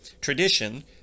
Tradition